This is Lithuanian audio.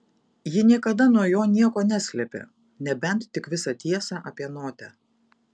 ji niekada nuo jo nieko neslėpė nebent tik visą tiesą apie notę